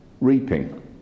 Reaping